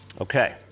Okay